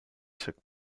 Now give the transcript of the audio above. took